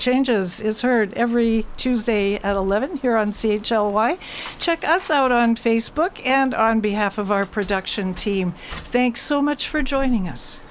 changes heard every tuesday at eleven here on c l y check us out on facebook and on behalf of our production team thanks so much for joining us